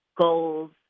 goals